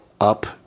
up